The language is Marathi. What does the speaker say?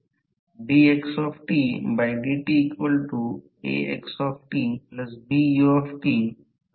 जे काही लोहाचे लॉस होईल तिथे दिवसभर गुणाकार करा 24 या किलोवाट तासात आपल्याला किलोवाट तासातील लोहाचे लॉस होण्याच्या दृष्टीने काय म्हणावे लागेल